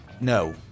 No